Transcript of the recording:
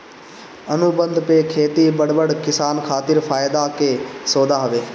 अनुबंध पे खेती बड़ बड़ किसान खातिर फायदा के सौदा हवे